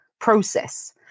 process